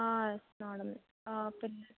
yes madam